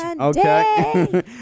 Okay